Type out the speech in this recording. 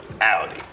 Audi